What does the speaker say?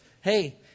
Hey